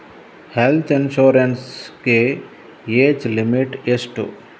Health insurance ಗೆ age limit ಎಷ್ಟು?